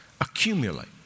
accumulate